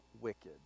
wicked